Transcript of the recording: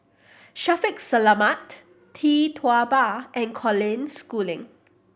Shaffiq Selamat Tee Tua Ba and Colin Schooling